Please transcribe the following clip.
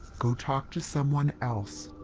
go talk to someone else.